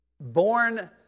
born